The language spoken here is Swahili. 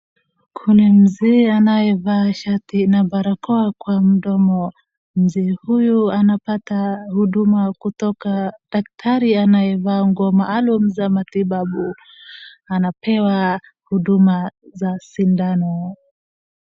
Kuna mzee anayevaa shati na barakoa kwa mdomo. Mzee huyu anapata huduma kutoka daktari anayevaa nguo maaluma za matibabu. Anapewa huduma za sindano.